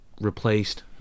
replaced